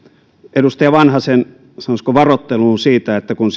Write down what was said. edustaja vanhasen sanoisinko varoitteluun siitä että kun